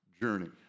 journey